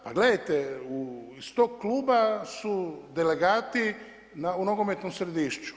Pa gledajte, iz tog kluba su delegati u nogometnom Središću.